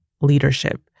leadership